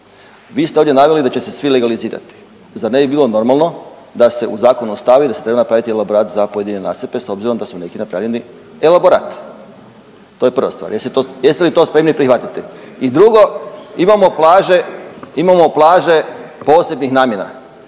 Vi ste ovdje naveli da će se svi legalizirati. Zar ne bi bilo normalno da se u zakonu ostavi da se treba napraviti elaborat za pojedine nasipe s obzirom da su neki napravljeni. Elaborat to je prva stvar. Jeste li to spremni prihvatiti? I drugo, imamo plaže posebnih namjena.